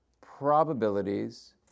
probabilities